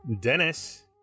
Dennis